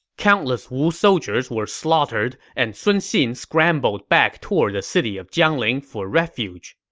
countless wu soldiers were slaughtered, and sun xin scrambled back toward the city of jiangling for refuge.